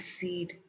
seed